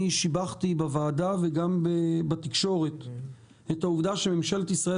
שיבחתי בוועדה וגם בתקשורת את העובדה שממשלת ישראל